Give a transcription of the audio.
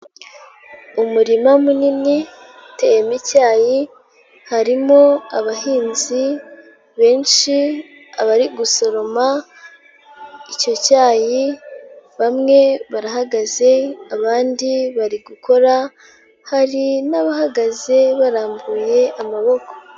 Umurima munini tema icyayi, harimo abahinzi benshi, abari gusoroma icyo cyayi, bamwe barahagaze, abandi bari gukora, hari n'abahagaze barambuye amaboko.